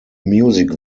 music